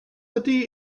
ydy